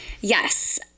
yes